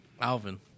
Alvin